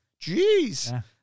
Jeez